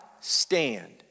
stand